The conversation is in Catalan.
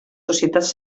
societats